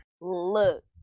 Look